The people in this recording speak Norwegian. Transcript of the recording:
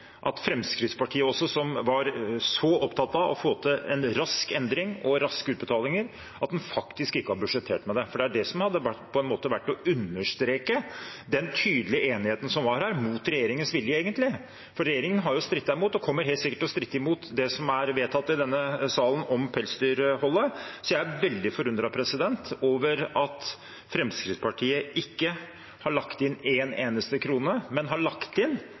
at Fremskrittspartiet, som var så opptatt av å få til en rask endring og raske utbetalinger, ikke har budsjettert med det, for det hadde vært å understreke den tydelige enigheten som var her, egentlig mot regjeringens vilje. For regjeringen har strittet imot og kommer helt sikkert til å stritte imot det som er vedtatt i denne salen om pelsdyrholdet. Så jeg er veldig forundret over at Fremskrittspartiet ikke har lagt inn én eneste krone, men har lagt inn